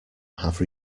have